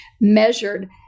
measured